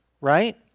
right